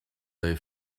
they